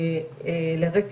בהמשך.